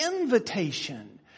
invitation